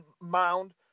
mound